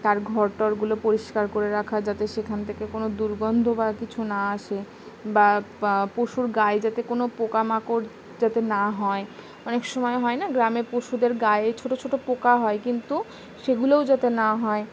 তার ঘর টরগুলো পরিষ্কার করে রাখা যাতে সেখান থেকে কোনো দুর্গন্ধ বা কিছু না আসে বা বা পশুর গায়ে যাতে কোনও পোকামাকড় যাতে না হয় অনেক সময় হয় না গ্রামের পশুদের গায়ে ছোট ছোট পোকা হয় কিন্তু সেগুলোও যাতে না হয়